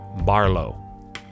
Barlow